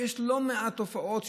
ויש לא מעט תופעות.